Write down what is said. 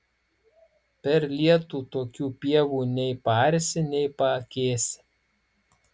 per lietų tokių pievų nei paarsi nei paakėsi